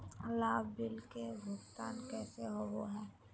लाभ बिल के भुगतान कैसे होबो हैं?